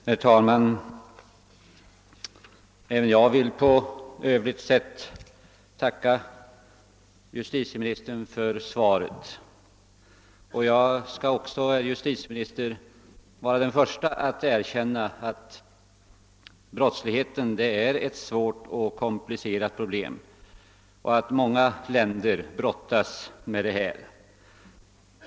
Herr talman! Även jag vill på övligt sätt tacka justitieministern för svaret. Jag är, herr justitieminister, den förste att erkänna att brottsligheten är ett svårt och komplicerat problem som man brottas med i många länder.